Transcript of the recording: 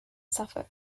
suffolk